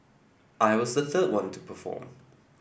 I was the third one to perform